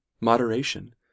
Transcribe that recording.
Moderation